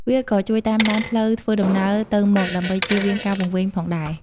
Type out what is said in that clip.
វាក៏ជួយតាមដានផ្លូវធ្វើដំណើរទៅមកដើម្បីជៀសវាងការវង្វេងផងដែរ។